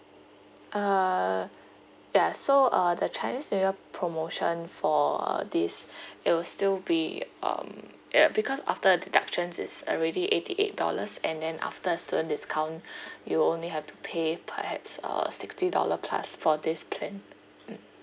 uh ya so uh the chinese new year promotion for this it will still be um ya because after the deductions it's already eighty eight dollars and then after a student discount you only have to pay perhaps uh sixty dollar plus for this plan mm